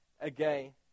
again